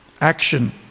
action